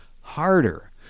harder